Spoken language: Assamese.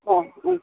অঁ অঁ